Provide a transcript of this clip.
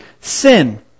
sin